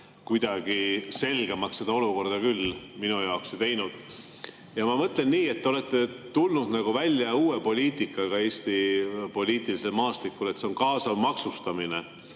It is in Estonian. kuidagi selgemaks seda olukorda küll minu jaoks ei teinud. Ma mõtlen nii, et te olete tulnud välja uue poliitikaga Eesti poliitilisel maastikul ja see on kaasav maksustamine.